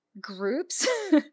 groups